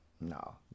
No